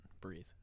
breathe